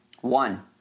One